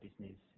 business